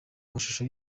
mashusho